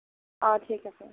অঁ ঠিক আছে